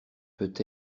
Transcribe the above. peut